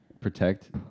protect